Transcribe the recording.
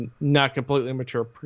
not-completely-mature